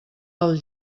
del